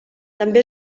també